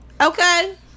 Okay